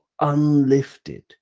unlifted